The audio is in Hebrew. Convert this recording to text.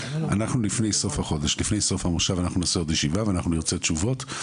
אנחנו לפני סוף המושב נעשה עוד ישיבה ואנחנו נרצה תשובות.